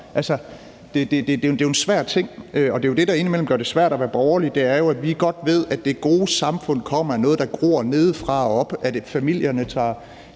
Det, der indimellem gør det svært at være borgerlig, er, at vi godt ved, at det gode samfund kommer af noget, der gror nedefra og op